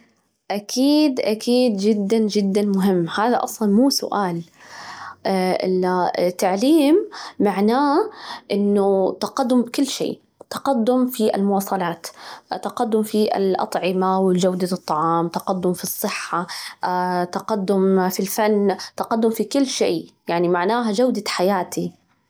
أكيد، أكيد جداً جداً مهم، هذا أصلاً مو سؤال، ال التعليم معناه إنه تقدم بكل شيء تقدم في المواصلات، تقدم في الأطعمة وجودة الطعام، تقدم في الصحة، تقدم في الفن، تقدم في كل شيء، يعني معناها جودة حياتي.